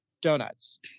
Donuts